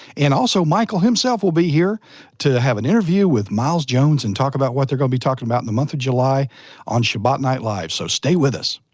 and also michael himself will be here to have an interview with miles jones and talk about what they're going to be talking about in the month of july on shabbat night live, so stay with us.